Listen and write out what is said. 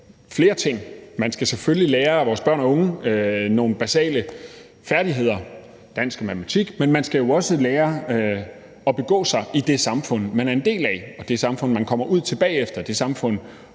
flere ting. Man skal selvfølgelig give vores børn og unge nogle basale færdigheder, dansk og matematik, men de skal jo også lære at begå sig i det samfund, de er en del af, og det samfund, de kommer ud til bagefter, det samfund,